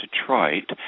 detroit